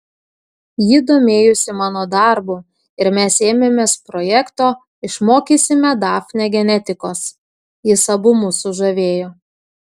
ji domėjosi mano darbu ir mes ėmėmės projekto išmokysime dafnę genetikos jis abu mus sužavėjo